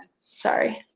Sorry